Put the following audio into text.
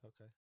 okay